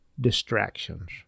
distractions